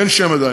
אין שם עדיין.